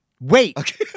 Wait